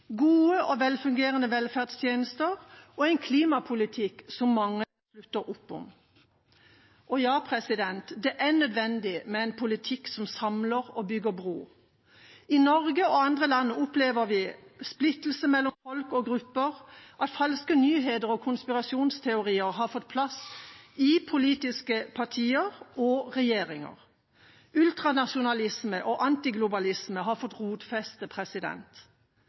som samler og bygger bro. I Norge og i andre land opplever vi splittelse mellom folk og grupper, at falske nyheter og konspirasjonsteorier har fått plass i politiske partier og regjeringer. Ultranasjonalisme og antiglobalisme har fått rotfeste.